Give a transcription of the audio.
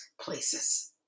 places